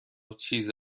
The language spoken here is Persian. چیز